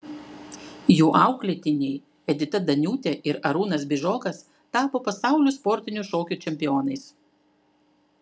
jų auklėtiniai edita daniūtė ir arūnas bižokas tapo pasaulio sportinių šokių čempionais